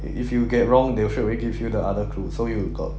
if you get wrong they'll straight away give you the other clue so you got